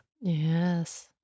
Yes